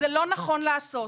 זה לא נכון לעשות.